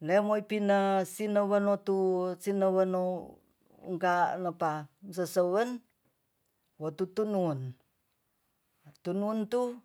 neimopine sineiwonotu sineiwonu ungkalepa sesewen wotutunun tununtu